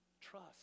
trust